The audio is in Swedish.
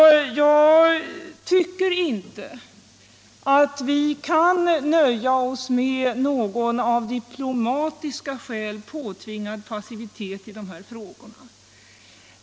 Jag tycker inte att vi kan nöja oss med någon av diplomatiska skäl påtvingad passivitet i dessa frågor.